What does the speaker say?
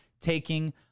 taking